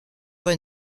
pas